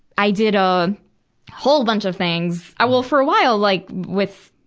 i did a whole bunch of things. i will for a while, like, with,